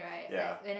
ya